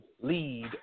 lead